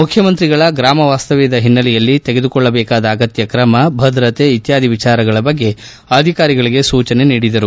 ಮುಖ್ಯಮಂತ್ರಿಗಳ ಗ್ರಾಮ ವಾಸ್ತವ್ಯದ ಹಿನ್ನೆಲೆಯಲ್ಲಿ ತೆಗೆದುಕೊಳ್ಳಬೇಕಾದ ಅಗತ್ಯ ಕ್ರಮ ಭದ್ರತೆ ಇತ್ಯಾದಿ ವಿಚಾರಗಳ ಬಗ್ಗೆ ಅಧಿಕಾರಿಗಳಿಗೆ ಸೂಚನೆ ನೀಡಿದರು